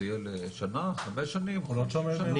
זה יהיה לשנה, חמש שנים, 50 שנה?